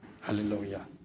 Hallelujah